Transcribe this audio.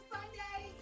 Sunday